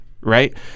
right